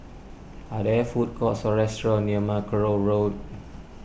are there food courts or restaurants near Mackerrow Road